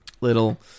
Little